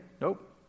nope